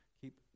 keep